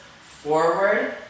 forward